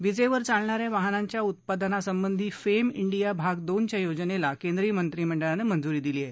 विजेवर चालणाऱ्या वाहनांच्या उत्पादनासंबंधी फेम डिया भाग दोनच्या योजनेला केंद्रीय मंत्रिमंडळानं मंजुरी दिली आहे